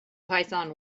python